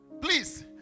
Please